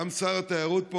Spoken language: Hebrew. גם שר התיירות פה,